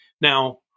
Now